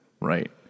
right